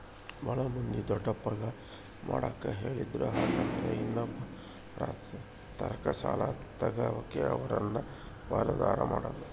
ಬಾಳ ಮಂದಿ ದೊಡ್ಡಪ್ಪಗ ಮಾಡಕ ಹೇಳಿದ್ರು ಹಾಗೆಂದ್ರ ಇನ್ನೊಬ್ಬರತಕ ಸಾಲದ ಬದ್ಲಗೆ ಅವರನ್ನ ಪಾಲುದಾರ ಮಾಡೊದು